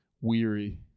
weary